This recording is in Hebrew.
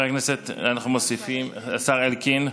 אנחנו מוסיפים את השר אלקין,